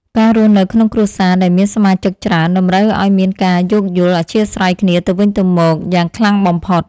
ការរស់នៅក្នុងគ្រួសារដែលមានសមាជិកច្រើនតម្រូវឱ្យមានការយោគយល់អធ្យាស្រ័យគ្នាទៅវិញទៅមកយ៉ាងខ្លាំងបំផុត។